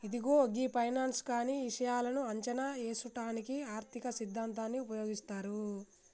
ఇదిగో గీ ఫైనాన్స్ కానీ ఇషాయాలను అంచనా ఏసుటానికి ఆర్థిక సిద్ధాంతాన్ని ఉపయోగిస్తారు